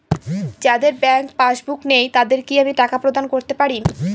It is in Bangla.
যাদের ব্যাংক পাশবুক নেই তাদের কি আমি টাকা প্রদান করতে পারি?